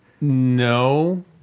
no